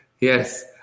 Yes